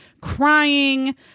crying